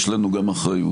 יש לנו גם אחריות.